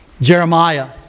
Jeremiah